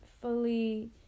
fully